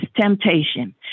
temptation